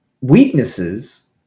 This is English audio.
weaknesses